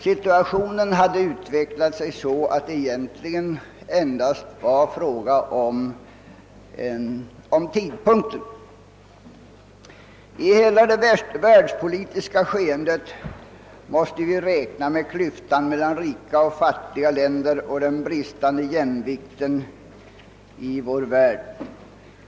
Situationen hade utvecklat sig så att det egentligen endast var fråga om tidpunkten för ett erkännande. I hela det världspolitiska skeendet måste vi räkna med klyftan mellan fattiga och rika länder och den bristande jämlikheten i vår värld.